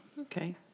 Okay